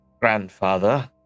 grandfather